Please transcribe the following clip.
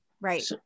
Right